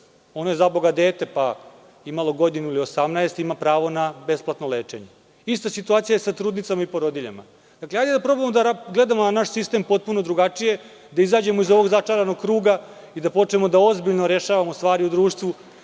Ono je dete, pa imalo godinu ili 18, ima pravo na besplatno lečenje. Ista je situacija i sa trudnicama i sa porodiljama. Hajde da probamo da gledamo na naš sistem potpuno drugačije, da izađemo iz ovog začaranog kruga i da počnemo da ozbiljno rešavamo stvari u društvu.